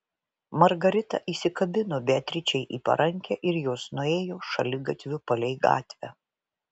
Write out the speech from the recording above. margarita įsikabino beatričei į parankę ir jos nuėjo šaligatviu palei gatvę